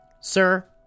Sir